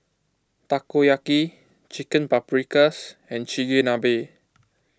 Takoyaki Chicken Paprikas and Chigenabe